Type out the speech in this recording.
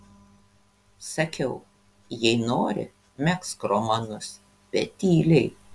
sakiau jei nori megzk romanus bet tyliai